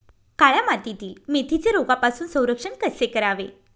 काळ्या मातीतील मेथीचे रोगापासून संरक्षण कसे करावे?